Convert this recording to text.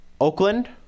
Oakland